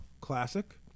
classic